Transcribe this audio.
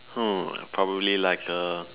hmm probably like a